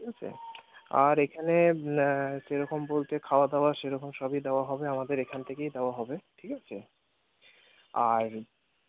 ঠিক আছে আর এখানে সেরকম বলতে খাওয়া দাওয়া সেরকম সবই দেওয়া হবে আমাদের এখান থেকেই দেওয়া হবে ঠিক আছে আর